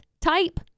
type